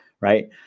right